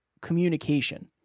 communication